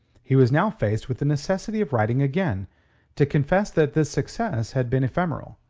he was now faced with the necessity of writing again to confess that this success had been ephemeral.